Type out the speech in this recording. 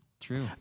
true